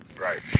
Right